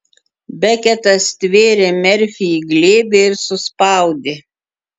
beketas stvėrė merfį į glėbį ir suspaudė